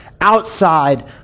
outside